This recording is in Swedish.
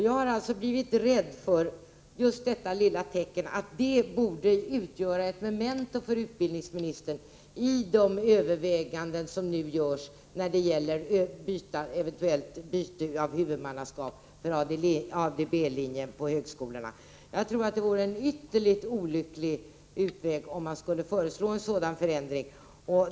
Jag har blivit rädd för den här tendensen och tror att just detta lilla tecken borde utgöra ett memento för utbildningsministern i de överväganden som nu görs om ett eventuellt byte av huvudmannaskap för ADB-linjen på högskolorna. Jag tror att det vore ytterligt olyckligt om man skulle föreslå en sådan förändring.